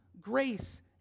grace